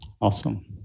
Awesome